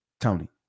Tony